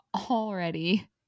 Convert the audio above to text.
already